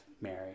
Mary